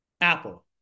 apple